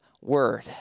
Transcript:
word